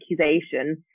accusation